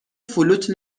فلوت